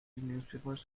newspapers